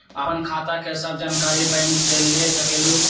आपन खाता के सब जानकारी बैंक से ले सकेलु?